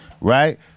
right